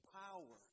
power